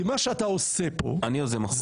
אני יוזם החוק.